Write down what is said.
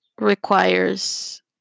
requires